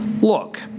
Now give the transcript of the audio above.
Look